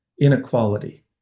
inequality